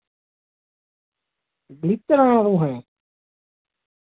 गलीचा लैना तुसैं